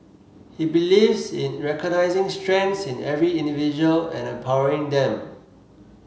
he believes in recognising strengths in every individual and empowering them